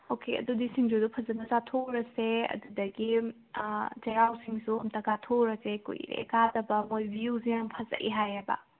okay ꯑꯗꯨꯗꯤ ꯁꯤꯡꯖꯨꯗꯣ ꯐꯖꯅ ꯆꯥꯊꯣꯛꯎꯔꯁꯦ ꯑꯗꯨꯗꯒꯤ ꯆꯩꯔꯥꯎꯆꯤꯡꯁꯨ ꯑꯝꯇ ꯀꯥꯊꯣꯛꯎꯔꯁꯦ ꯀꯨꯏꯔꯦ ꯀꯥꯗꯕ ꯃꯣꯏ ꯚ꯭ꯌꯨꯁꯦ ꯌꯥꯝ ꯐꯖꯩ ꯍꯥꯏꯌꯦꯕ